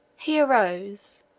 he arose,